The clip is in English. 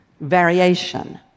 variation